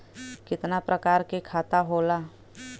कितना प्रकार के खाता होला?